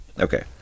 Okay